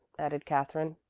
added katherine.